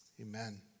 Amen